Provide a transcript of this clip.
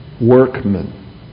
workmen